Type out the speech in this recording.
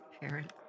parent